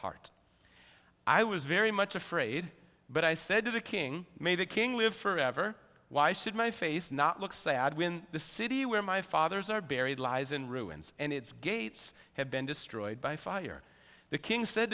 heart i was very much afraid but i said to the king may the king live forever why should my face not look sad when the city where my fathers are buried lies in ruins and its gates have been destroyed by fire the king said